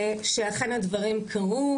שאכן הדברים קרו,